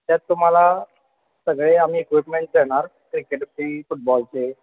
त्यात तुम्हाला सगळे आम्ही इक्विपमेंट देणार क्रिकेटची फुटबॉलचे